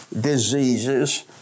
diseases